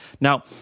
Now